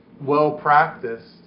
well-practiced